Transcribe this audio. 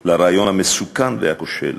לרעיון המסוכן והכושל